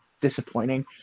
disappointing